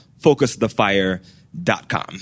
FocusTheFire.com